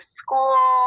school